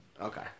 Okay